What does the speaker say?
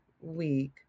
week